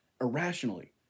irrationally